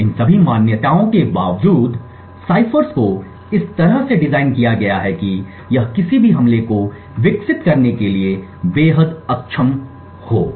इन सभी मान्यताओं के बावजूद साइफ़र्स को इस तरह से डिज़ाइन किया गया है कि यह किसी भी हमले को विकसित करने के लिए बेहद अक्षम होगा